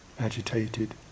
agitated